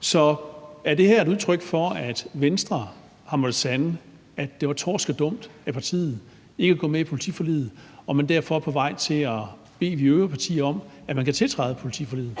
Så er det her et udtryk for, at Venstre har måttet sande, at det var torskedumt af partiet ikke at gå med i politiforliget, og at man derfor er på vej til at bede de øvrige partier om, at man kan tiltræde politiforliget?